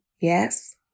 Yes